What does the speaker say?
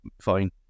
fine